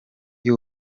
y’u